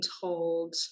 told